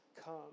come